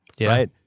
right